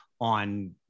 on